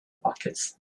pockets